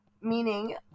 Meaning